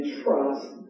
trust